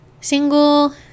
single